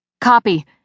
Copy